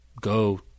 go